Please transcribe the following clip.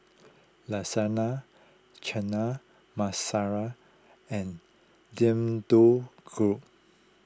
Lasagna Chana Masala and Deodeok Gui